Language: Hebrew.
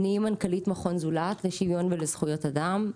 מנכ"לית מכון זולת לשוויון ולזכויות אדם.